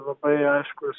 labai aiškus